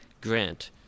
grant